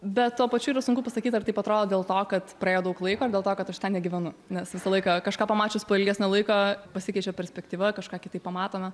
bet tuo pačiu yra sunku pasakyt ar taip atrodo dėl to kad praėjo daug laiko ar dėl to kad aš ten negyvenu nes visą laiką kažką pamačius po ilgesnio laiko pasikeičia perspektyva kažką kitaip pamatome